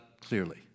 clearly